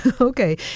Okay